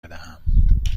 بدهم